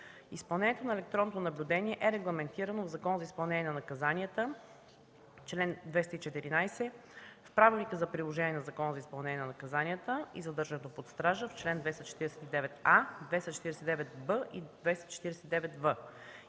изпълнението на електронното наблюдение е регламентирано в Закона за изпълнение на наказанията, в чл. 214, в Правилника за приложение на Закона за изпълнение на наказанията и задържането под стража – в чл. 249а, чл. 249б